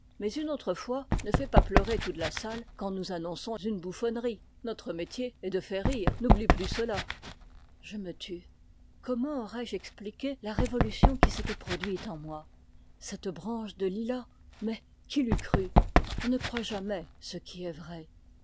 mais une autre fois ne fais pas pleurer toute la salle quand nous annonçons une bouffonnerie notre métier est de faire rire n'oublie plus cela je me tus comment aurais-je expliqué la révolution qui s'était produite en moi cette branche de lilas mais qui l'eût cru on ne croit jamais ce qui est vrai